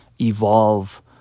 evolve